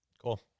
Cool